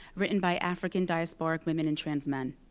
written by african diasporic women and trans men.